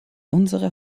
unsere